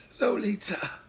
Lolita